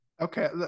Okay